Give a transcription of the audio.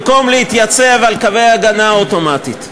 במקום להתייצב על קווי ההגנה אוטומטית.